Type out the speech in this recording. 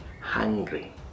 hungry